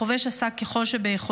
החובש עשה כל שביכולתו,